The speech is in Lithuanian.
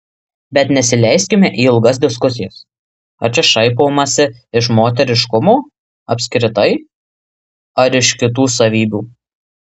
bet nesileiskime į ilgas diskusijas ar čia šaipomasi iš moteriškumo apskritai ar iš kitų savybių